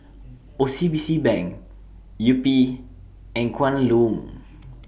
O C B C Bank Yupi and Kwan Loong